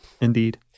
Indeed